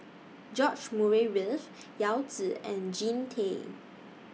George Murray Reith Yao Zi and Jean Tay